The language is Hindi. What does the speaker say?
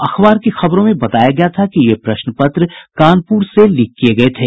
अखबार की खबरों में बताया गया था कि ये प्रश्नपत्र कानपुर से लीक किए गए थे